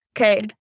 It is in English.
Okay